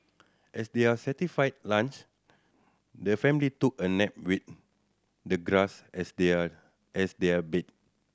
as their satisfy lunch the family took a nap with the grass as their as their bed